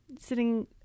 sitting